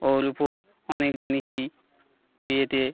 ও রুপোর অনেক জিনিসই বিয়েতে